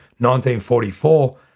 1944